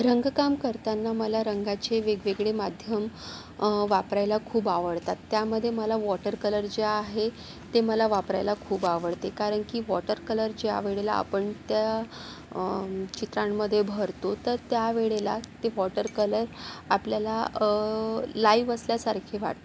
रंगकाम करताना मला रंगाचे वेगवेगळे माध्यम वापरायला खूप आवडतात त्यामध्ये मला वॉटर कलर जे आहे ते मला वापरायला खूप आवडते कारण की वॉटर कलर ज्या वेळेला आपण त्या चित्रांमध्ये भरतो तर त्या वेळेला ते वॉटर कलर आपल्याला लाईव असल्यासारखे वाटतात